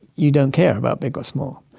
you don't care about big or small.